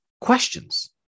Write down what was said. questions